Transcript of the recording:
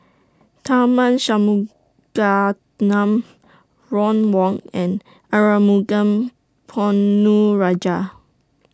Tharman Shanmugaratnam Ron Wong and Arumugam Ponnu Rajah